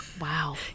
Wow